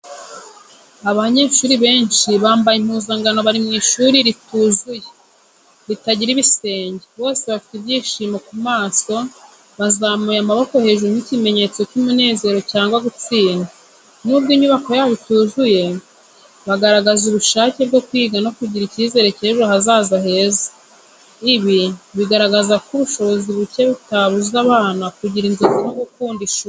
Abanyeshuri benshi bambaye impuzankano bari mu ishuri rituzuye, ritagira ibisenge. Bose bafite ibyishimo ku maso, bazamuye amaboko hejuru nk’ikimenyetso cy’umunezero cyangwa gutsinda. Nubwo inyubako yabo ituzuye, bagaragaza ubushake bwo kwiga no kugira icyizere cy’ejo hazaza heza. Ibi bigaragaza ko ubushobozi buke butabuza abana kugira inzozi no gukunda ishuri.